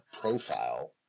profile